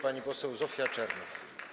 Pani poseł Zofia Czernow.